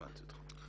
הבנתי אותך.